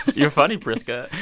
you're funny, priska.